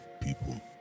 People